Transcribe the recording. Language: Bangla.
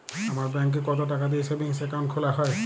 আপনার ব্যাংকে কতো টাকা দিয়ে সেভিংস অ্যাকাউন্ট খোলা হয়?